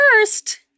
first